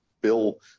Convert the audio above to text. Bill